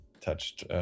touched